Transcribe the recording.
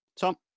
Tom